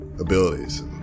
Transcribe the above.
abilities